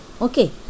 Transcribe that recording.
Okay